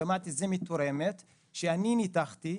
ושמעתי את זה מתורמת שאני ניתחתי.